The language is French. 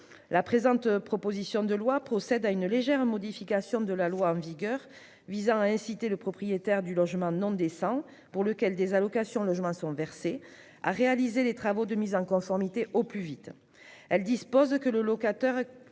La présente proposition de loi procède à une légère modification de la loi en vigueur, de manière à inciter le propriétaire d'un logement non décent pour lequel des allocations de logement sont versées à réaliser les travaux de mise en conformité au plus vite. Elle dispose que le locataire